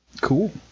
Cool